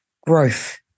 growth